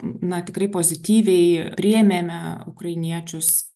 na tikrai pozityviai priėmėme ukrainiečius